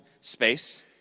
space